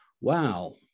wow